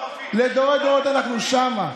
לדורי-דורות אנחנו שם.